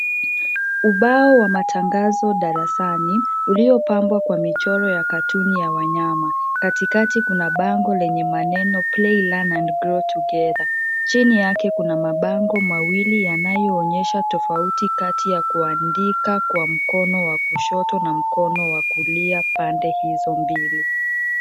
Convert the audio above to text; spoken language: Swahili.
Ubao wa matangazo darasani uliopambwa kwa michoro ya katuni ya wanyama. Katikati kuna bango lenye maneno play, learn and grow together. Chini yake kuna mabango mawili yanayoonyesha tofauti kati ya kuandika kwa mkono wa kushoto na mkono wa kulia pande hizo mbili.